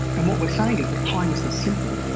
and what we are saying is that kindness is simple,